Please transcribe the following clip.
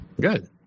Good